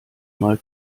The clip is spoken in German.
mal